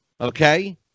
okay